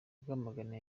rwamagana